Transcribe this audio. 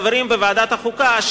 חברים בוועדת החוקה,